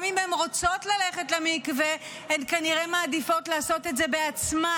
גם אם הן רוצות ללכת למקווה הן כנראה מעדיפות לעשות את זה בעצמן,